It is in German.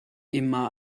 immer